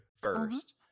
first